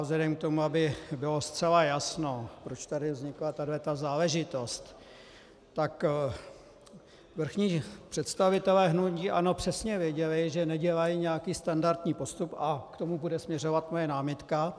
Vzhledem k tomu, aby bylo zcela jasno, proč tady vznikla tato záležitost, tak vrchní představitelé hnutí ANO přesně věděli, že nedělají nějaký standardní postup, a k tomu bude směřovat moje námitka.